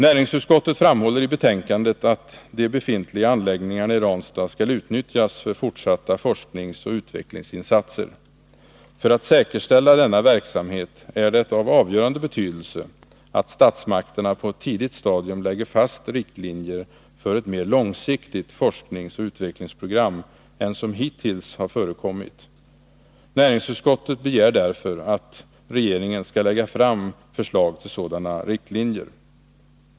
Näringsutskottet framhåller i betänkandet att de befintliga anläggningarna i Ranstad skall utnyttjas för fortsatta forskningsoch utvecklingsinsatser. För att säkerställa denna verksamhet är det av avgörande betydelse att statsmakterna på ett tidigt stadium lägger fast riktlinjer för ett mer långsiktigt forskningsoch utvecklingsprogram än som hittills har förekommit. Näringsutskottet begär därför att regeringen skall lägga fram förslag till sådana riktlinjer.